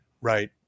right